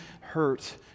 hurt